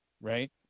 right